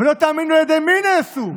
ולא תאמינו על ידי מי נעשו,